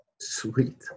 Sweet